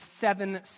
seven